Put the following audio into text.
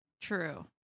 True